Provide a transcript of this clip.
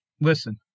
Listen